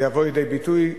יבואו לידי ביטוי.